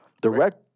Direct